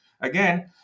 Again